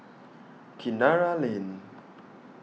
Kinara Lane